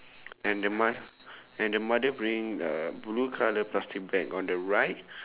and the mo~ and the mother bringing uh blue colour plastic bag on the right